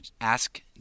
ask